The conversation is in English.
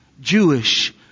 Jewish